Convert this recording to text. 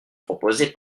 proposée